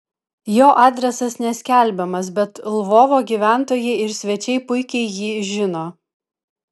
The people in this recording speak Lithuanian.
jo adresas neskelbiamas bet lvovo gyventojai ir svečiai puikiai jį žino